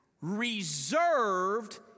reserved